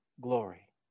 glory